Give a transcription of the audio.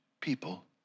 people